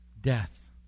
Death